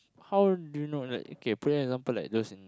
how do you know like okay play example like just